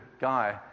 guy